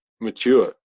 mature